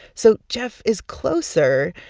so jeff is closer.